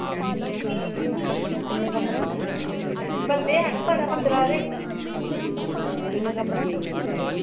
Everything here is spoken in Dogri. बंदे हैन पंदरां हारे